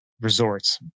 resorts